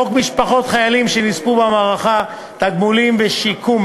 חוק משפחות חיילים שנספו במערכה (תגמולים ושיקום),